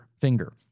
finger